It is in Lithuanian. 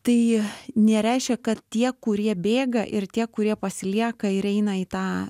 tai nereiškia kad tie kurie bėga ir tie kurie pasilieka ir eina į tą